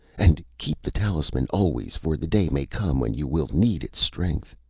and keep the talisman always, for the day may come when you will need its strength.